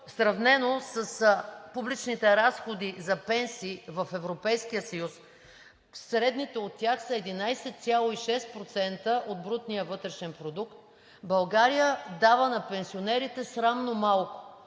сравнено с публичните разходи за пенсии в Европейския съюз, средните от тях са 11,6% от брутния вътрешен продукт, България дава на пенсионерите срамно малко,